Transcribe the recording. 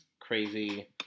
crazy